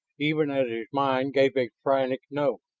even as his mind gave a frantic no!